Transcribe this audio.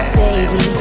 baby